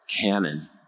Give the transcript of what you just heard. canon